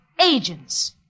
Agents